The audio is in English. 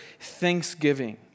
Thanksgiving